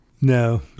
No